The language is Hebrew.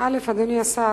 אדוני השר,